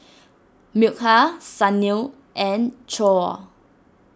Milkha Sunil and Choor